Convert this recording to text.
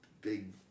Big